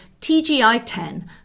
tgi10